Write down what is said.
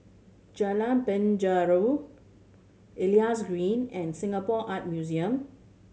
Jalan Penjara Elias Green and Singapore Art Museum